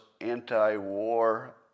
anti-war